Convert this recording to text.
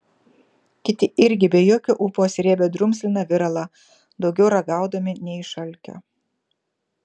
kiti irgi be jokio ūpo srėbė drumzliną viralą daugiau ragaudami nei iš alkio